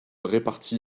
répartis